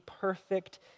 perfect